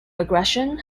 aggression